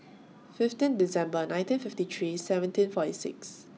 fifteen December nineteen fifty three seventeen forty six